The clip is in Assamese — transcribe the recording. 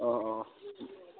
অ অ